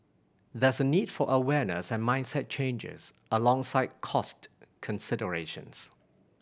there is a need for awareness and mindset changes alongside cost considerations